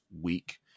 week